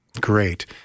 Great